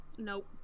Nope